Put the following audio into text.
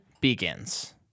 begins